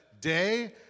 day